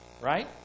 Right